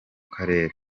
karere